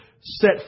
set